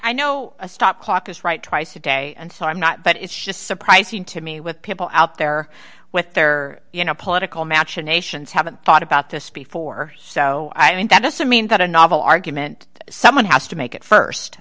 i know a stopped clock is right twice a day and so i'm not but it's just surprising to me with people out there with their you know political machinations haven't thought about this before so i mean that doesn't mean that a novel argument someone has to make it